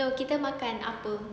kita makan apa